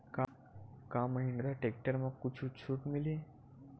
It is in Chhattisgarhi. का महिंद्रा टेक्टर म कुछु छुट मिलही?